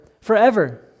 forever